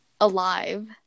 alive